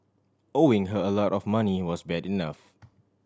owing her a lot of money was bad enough